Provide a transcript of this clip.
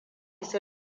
su